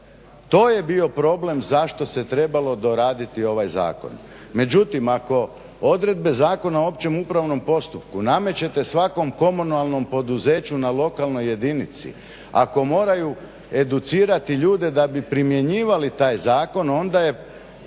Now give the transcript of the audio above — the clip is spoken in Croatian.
To je bio problem zašto se trebalo doraditi ovaj zakon. Međutim, ako odredbe Zakona o općem upravnom postupku namećete svakom komunalnom poduzeću na lokalnoj jedinici, ako moraju educirati ljude da bi primjenjivali taj zakon, onda je